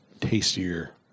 tastier